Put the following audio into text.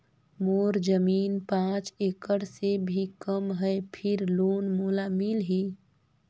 मोर जमीन पांच एकड़ से भी कम है फिर लोन मोला मिलही?